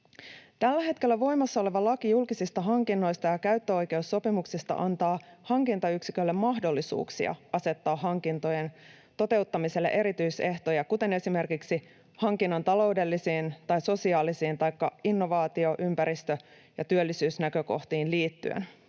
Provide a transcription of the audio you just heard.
Tällä hetkellä voimassa oleva laki julkisista hankinnoista ja käyttöoikeussopimuksista antaa hankintayksikölle mahdollisuuksia asettaa hankintojen toteuttamiselle erityisehtoja esimerkiksi hankinnan taloudellisiin tai sosiaalisiin taikka innovaatio-, ympäristö- ja työllisyysnäkökohtiin liittyen.